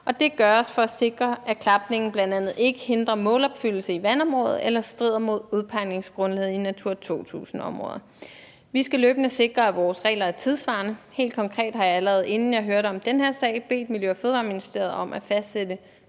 det gøres for at sikre, at klapningen bl.a. ikke hindrer målopfyldelse i vandområder eller strider mod udpegningsgrundlaget i Natura 2000-områder. Vi skal løbende sikre, at vores regler er tidssvarende. Helt konkret har jeg allerede, inden jeg hørte om den her sag, bedt Miljø- og Fødevareministeriet om at fastsætte